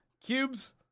Cubes